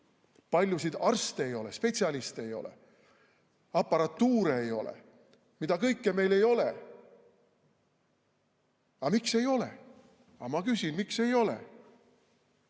paljusid arste ei ole, spetsialiste ei ole, aparatuuri ei ole ja mida kõike ei ole. Aga miks ei ole? Ma küsin, miks ei ole.